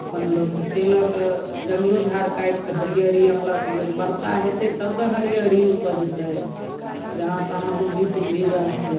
अपन लोक कएलक जङ्गलो झाड़ काटिके हरिअरी आनलक जे बरसा हेतै तब तऽ हरिअरी उपजतै जहाँ तहाँ दुभ्भी तुभ्भी रहतै